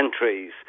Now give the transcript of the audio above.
entries